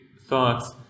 thoughts